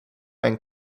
and